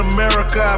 America